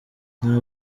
nta